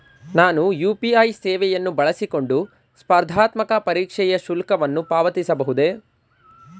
ನಾನು ಯು.ಪಿ.ಐ ಸೇವೆಯನ್ನು ಬಳಸಿಕೊಂಡು ಸ್ಪರ್ಧಾತ್ಮಕ ಪರೀಕ್ಷೆಯ ಶುಲ್ಕವನ್ನು ಪಾವತಿಸಬಹುದೇ?